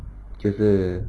就是